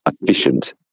efficient